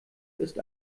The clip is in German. ist